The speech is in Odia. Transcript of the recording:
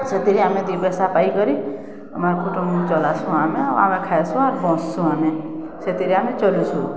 ସେଥିରେ ଆମେ ଦି ପଏସା ପାଇକରି ଆମର୍ କୁଟୁମ୍ବ୍ ଚଲାସୁଁ ଆମେ ଆଉ ଆମେ ଖାଏସୁଁ ଆର୍ ବସ୍ସୁ ଆମେ ସେଥିରେ ଆମେ ଚଲୁଚୁଁ